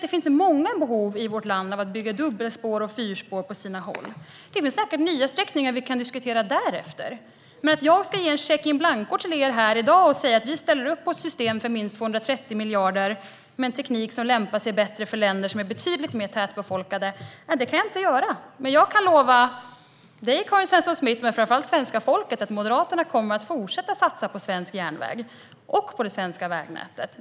Det finns många behov av dubbelspår i vårt land och på sina håll fyrspår. Det finns säkert nya sträckningar som vi kan diskutera därefter. Men att ge en check in blanco här i dag och säga att vi ställer upp på ett system för minst 230 miljarder med en teknik som lämpar sig för länder som är mer tättbefolkade kan jag inte göra. Jag kan dock lova dig, Karin Svensson Smith, och framför allt svenska folket att Moderaterna kommer att fortsätta satsa på svensk järnväg och på det svenska vägnätet.